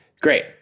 Great